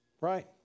right